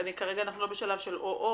כרגע אנחנו לא בשלב של או-או,